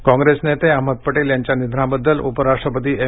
पटेल काँग्रेस नेते अहमद पटेल यांच्या निधनाबद्दल उप राष्ट्रपती एम